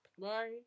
Bye